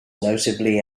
notably